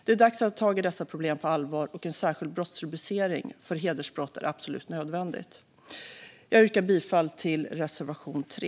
Det är dags att ta tag i dessa problem på allvar, och en särskild brottsrubricering för hedersbrott är absolut nödvändig. Jag yrkar bifall till reservation 3.